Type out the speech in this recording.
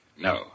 No